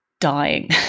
dying